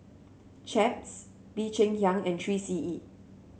Chaps Bee Cheng Hiang and Three C E